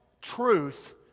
truth